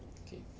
okay